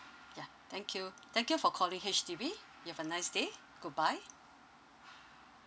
ya thank you thank you for calling H_D_B you have a nice day goodbye